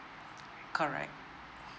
correct